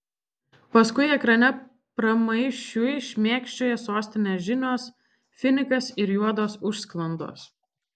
paskui ekrane pramaišiui šmėkščioja sostinės žinios finikas ir juodos užsklandos